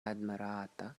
admirata